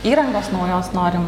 įrangos naujos norim